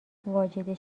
واجد